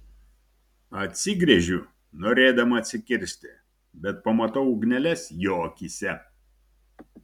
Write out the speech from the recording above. atsigręžiu norėdama atsikirsti bet pamatau ugneles jo akyse